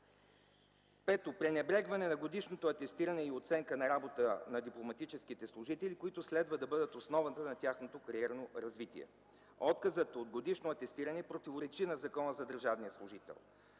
Пето, пренебрегване на годишното атестиране и оценка на работа на дипломатическите служители, които следва да бъдат основата на тяхното кариерно развитие. Отказът от годишно атестиране противоречи на Закона за държавния служител.